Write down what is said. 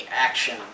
action